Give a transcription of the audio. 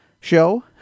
show